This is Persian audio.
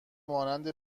مانند